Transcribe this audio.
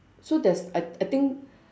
so that's I I think